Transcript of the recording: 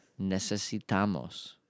Necesitamos